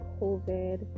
COVID